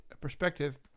perspective